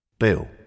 Bill